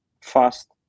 fast